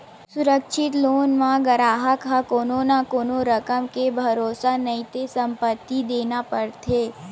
सुरक्छित लोन म गराहक ह कोनो न कोनो रकम के भरोसा नइते संपत्ति देना परथे